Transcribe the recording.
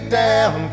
down